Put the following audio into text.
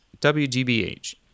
WGBH